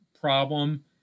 problem